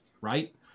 right